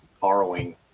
borrowing